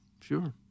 Sure